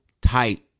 tight